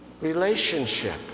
relationship